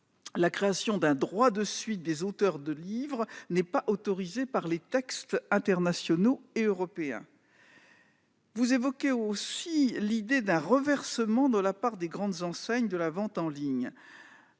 la création d'un droit de suite des auteurs de livres n'est pas autorisée par les textes internationaux et européens. Vous évoquez aussi l'idée d'un reversement de la part des grandes enseignes de la vente en ligne.